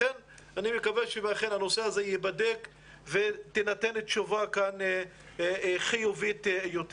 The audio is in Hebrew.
לכן אני מקווה שהנושא הזה אכן ייבדק ותינתן תשובה חיובית יותר.